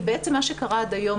כי מה שקרה עד היום,